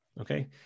Okay